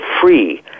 free